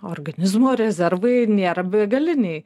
organizmo rezervai nėra begaliniai